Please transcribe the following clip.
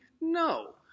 No